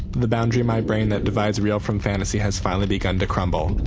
the boundary of my brain that divides real from fantasy has finally begun to crumble.